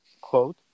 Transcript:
quote